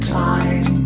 time